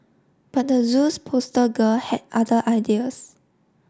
but the zoo's poster girl had other ideas